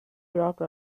dropped